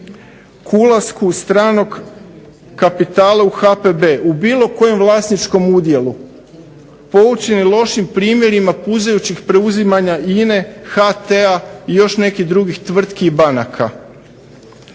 k ulasku stranog kapitala u HPB u bilo kojem vlasničkom udjelu. Poučeni lošim primjerima puzajućih preuzimanja INA-e, HT-a i još nekih drugih tvrtki i banaka.